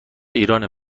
ایرانه